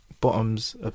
Bottoms